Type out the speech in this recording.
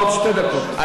עוד שתי דקות.